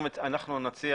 הסעיף הזה